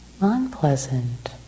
unpleasant